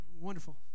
Wonderful